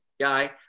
guy